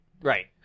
Right